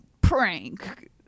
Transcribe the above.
prank